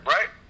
Right